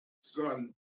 son